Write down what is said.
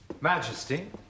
Majesty